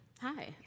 Hi